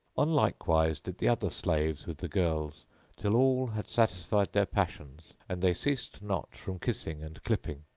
on like wise did the other slaves with the girls till all had satisfied their passions, and they ceased not from kissing and clipping,